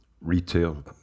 retail